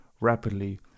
rapidly